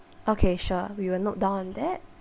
okay sure we will note down on that